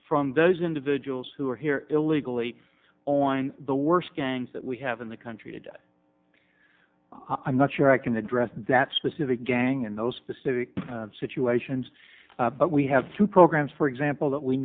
from those individuals who are here illegally on the worst gangs that we have in the country today i'm not sure i can address that specific gang and those specific situations but we have two programs for example that we